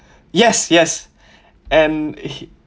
yes yes and